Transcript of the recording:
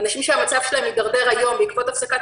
אנשים שהמצב שלהם מידרדר היום בעקבות הפסקת